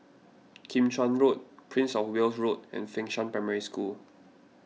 Kim Chuan Road Prince of Wales Road and Fengshan Primary School